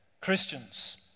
Christians